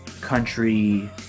country